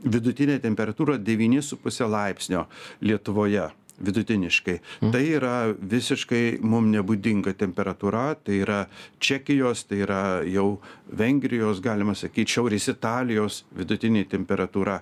vidutinę temperatūrą devyni su puse laipsnio lietuvoje vidutiniškai tai yra visiškai mum nebūdinga temperatūra tai yra čekijos tai yra jau vengrijos galima sakyt šiaurės italijos vidutinė temperatūra